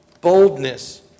Boldness